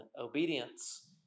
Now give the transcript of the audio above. obedience